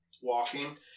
walking